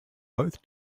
both